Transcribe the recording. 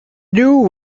knew